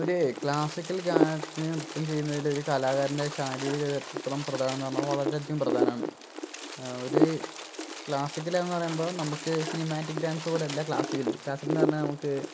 ഒര് ക്ലാസ്സിക്കൽ ഗാനത്തിന് നൃത്തം ചെയ്യുന്നതില് ഒരു കലാകാരൻ്റെ ശാരീരികം എത്രത്തോളം പ്രധാനം എന്ന് പറഞ്ഞാൽ വളരെയധികം പ്രധാനമാണ് ഒര് ക്ലാസിക്കലാണെന്ന് പറയുമ്പോൾ നമുക്ക് സിനിമാറ്റിക് ഡാൻസ് പോലെ അല്ല ക്ലാസിക്കല് ക്ലാസിക്കല് എന്ന് പറഞ്ഞാൽ നമുക്ക്